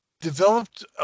developed